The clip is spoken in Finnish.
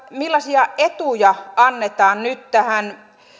millaisia etuja annetaan nyt tähän